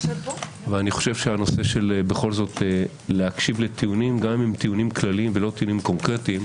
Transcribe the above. אבל להקשיב לטיעונים, גם אם כלליים ולא קונקרטיים,